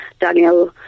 Daniel